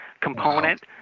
component